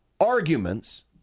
arguments